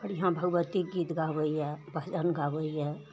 बढ़िआँ भगवती गीत गाबैए भजन गाबैए